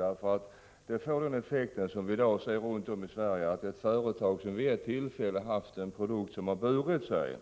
Effekten blir, vilket vi i dag kan se runt om i Sverige, att ett företag som haft en produkt som burit sig,